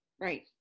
Right